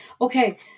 Okay